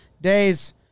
days